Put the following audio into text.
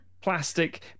plastic